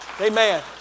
Amen